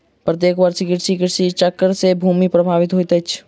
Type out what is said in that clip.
प्रत्येक वर्ष कृषि चक्र से भूमि प्रभावित होइत अछि